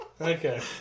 Okay